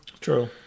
True